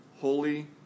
Holy